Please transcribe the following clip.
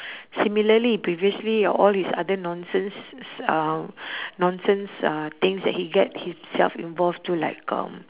similarly previously your all his other nonsense uh nonsense uh things that he get himself involved to like um